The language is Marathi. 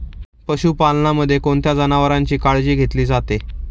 पशुपालनामध्ये कोणत्या जनावरांची काळजी घेतली जाते?